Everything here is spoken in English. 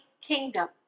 kingdom